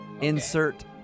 Insert